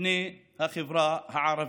לבני החברה הערבית.